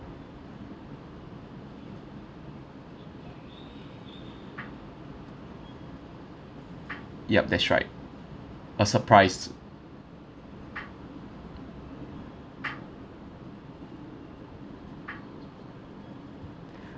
yup that's right a surprise